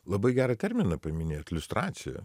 labai gerą terminą paminėjot liustracija